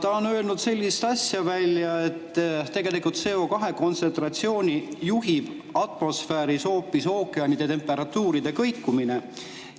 Ta on öelnud välja sellise asja, et tegelikult CO2kontsentratsiooni juhib atmosfääris hoopis ookeanide temperatuuride kõikumine.